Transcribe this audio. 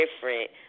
different